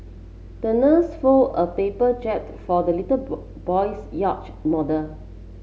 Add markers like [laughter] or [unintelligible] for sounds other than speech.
the nurse fold a paper jib for the little [unintelligible] boy's yacht model